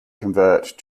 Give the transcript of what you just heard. convert